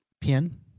Pin